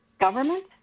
government